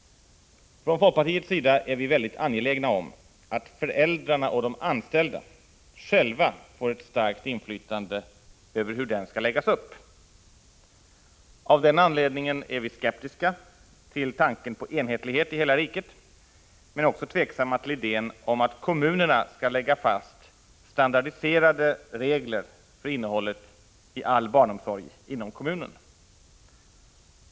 Från folkpartiets sida är vi väldigt angelägna om att föräldrarna och de anställda själva får ett starkt inflytande över hur den verksamheten skall läggas upp. Av den anledningen är vi skeptiska till tanken på enhetlighet i hela riket men också tveksamma till idén om att kommunerna skall lägga fast standardiserade regler för innehållet i all barnomsorg inom kommunerna.